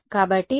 కాబట్టి నా θ 0